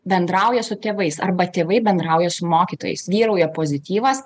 bendrauja su tėvais arba tėvai bendrauja su mokytojais vyrauja pozityvas